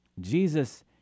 Jesus